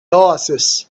oasis